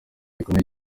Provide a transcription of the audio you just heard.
gikomeye